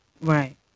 Right